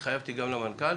התחייבתי גם למנכ"ל,